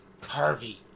Harvey